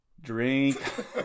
Drink